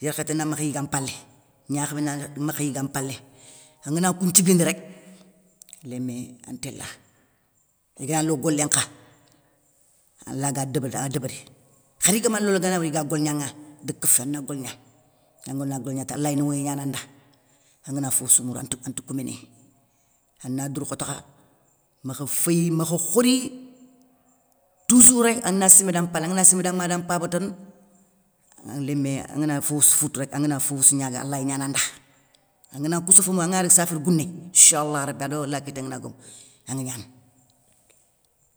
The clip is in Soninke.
yarkhaté namakha yiga mpalé, gnakhamé namakha yiga mpalé, angan koun nthiguindi rék, lémé an téla. Igana lo golé nkha, alaga débérini a débéri, khari gama lo angana woriga golignaŋa daga kéfi ana goligna angana golignata alay nowoyé gnana nda, angana fofossou mourou anta kouménéy, ana douroukhoto kha, wakha féyi makha khori, toussour rék ana simé da mpalé angana simé da ma da mpaba, tane, nlémé anga fofossou foutou rek angana fofossou gnaga alay gnana nda, angana kou sofo mougou angana daga saféri gouné inchalla rabi ado alla kité ngana gomou anŋa gnana.